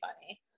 funny